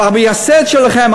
והמייסד שלכם,